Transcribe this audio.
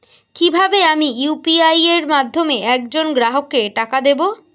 কিভাবে আমি ইউ.পি.আই এর মাধ্যমে এক জন গ্রাহককে টাকা দেবো?